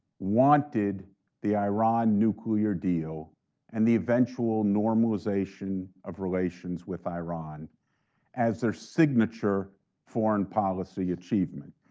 wanted the iran nuclear deal and the eventual normalization of relations with iran as their signature foreign policy achievement.